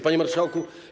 Panie Marszałku!